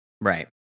Right